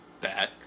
back